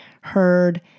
heard